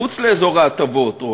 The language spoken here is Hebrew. מחוץ לאזור ההטבות.